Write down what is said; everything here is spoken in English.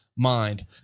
Mind